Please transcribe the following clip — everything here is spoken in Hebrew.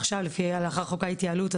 עכשיו לפי חוק ההתייעלות,